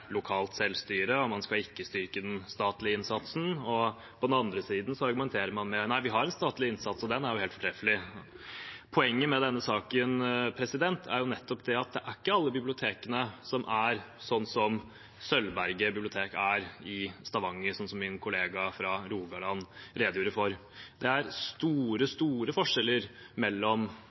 lokalt selvstyre, og at man ikke skal styrke den statlige innsatsen, og på den andre siden argumenterer man med at man har en statlig innsats, og at den er helt fortreffelig. Poenget med denne saken er nettopp at det ikke er alle bibliotek som er sånn som Sølvberget bibliotek i Stavanger, som min kollega fra Rogaland redegjorde for. Det er store forskjeller mellom